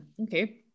okay